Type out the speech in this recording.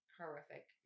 horrific